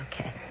okay